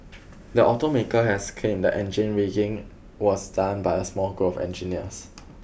the automaker has claimed the engine rigging was done by a small group of engineers